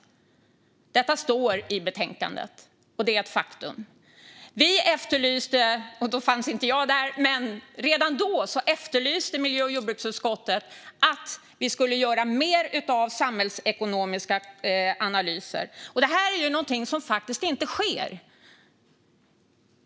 Detta står i betänkandet, och det är ett faktum. Redan då efterlyste miljö och jordbruksutskottet att vi skulle göra mer av samhällsekonomiska analyser. Det är något som faktiskt inte sker.